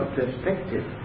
perspective